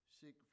seek